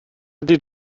ydy